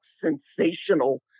sensational